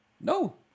No